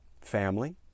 family